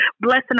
blessing